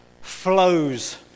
flows